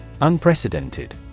Unprecedented